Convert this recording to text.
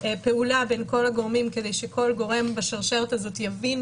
פעולה בין כל הגורמים כדי שכל גורם בשרשרת הזאת יבין,